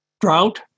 Drought